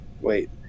Wait